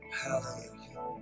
Hallelujah